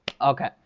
Okay